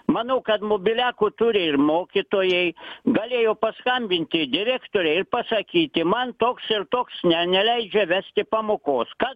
manau kad mobiliakų turi ir mokytojai galėjo paskambinti direktorei ir pasakyti man toks ir toks ne neleidžia vesti pamokos ką